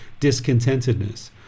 discontentedness